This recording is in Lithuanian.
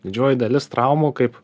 didžioji dalis traumų kaip